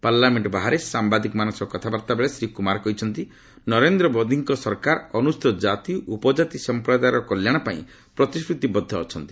parliament ବାହାରେ ସାମ୍ଭାଦିକମାନଙ୍କ ସହ କଥାବାର୍ତ୍ତା ବେଳେ ଶ୍ରୀ କୁମାର କହିଛନ୍ତି ନରେନ୍ଦ୍ର ମୋଦିଙ୍କ ସରକାର ଅନୁସ୍ଚିତ ଜାତି ଉପଜାତି ସଂପ୍ରଦାୟର କଲ୍ୟାଣ ପାଇଁ ପ୍ରତିଶ୍ରତିବଦ୍ଧ ଅଛନ୍ତି